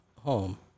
home